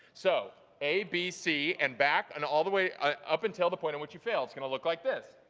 so a, b, c and back and all the way up until the point in which you fail. it's gonna look like this.